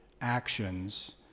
actions